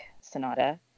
Sonata